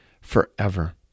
forever